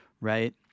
right